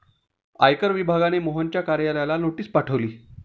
आयकर विभागाने मोहनच्या कार्यालयाला नोटीस पाठवली